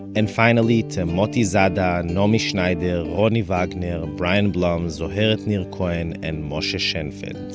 and finally, to motti zada, and naomi schneider, ronnie wagner, brian blum, zoheret nir cohen, and moshe shenfeld